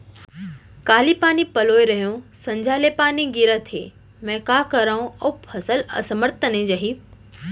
काली पानी पलोय रहेंव, संझा ले पानी गिरत हे, मैं का करंव अऊ फसल असमर्थ त नई जाही?